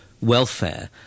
welfare